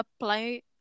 apply